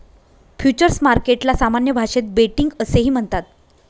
futures मार्केटला सामान्य भाषेत बेटिंग असेही म्हणतात